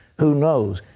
who knows.